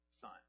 Son